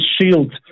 shield